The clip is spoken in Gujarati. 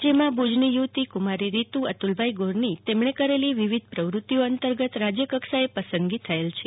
જેમાં ભુજની યુવતી કુમારી રીતુ અનુ લભાઈ ગોરની તેમણે કરેલ વિવિધ પ્રવૃતિઓ અંતર્ગત રાજય કક્ષાએ પસંદગી થયેલ છે